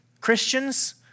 Christians